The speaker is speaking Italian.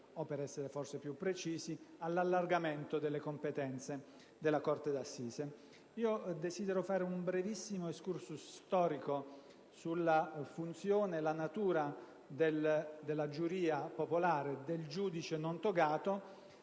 o, per essere più precisi, all'allargamento delle competenze della corte d'assise. Io desidero fare un brevissimo *excursus* storico sulla funzione e sulla natura della giuria popolare e del giudice non togato,